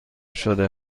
شده